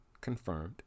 confirmed